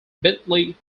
bentley